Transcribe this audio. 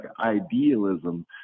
idealism